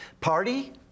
party